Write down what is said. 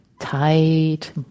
tight